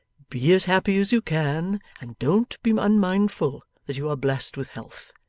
be as happy as you can, and don't be unmindful that you are blessed with health.